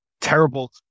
terrible